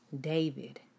David